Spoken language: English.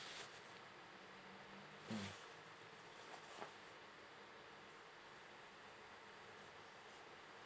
mm